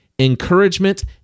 encouragement